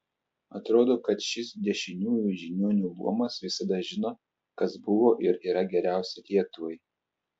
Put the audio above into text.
atrodo kad šis dešiniųjų žiniuonių luomas visada žino kas buvo ir yra geriausia lietuvai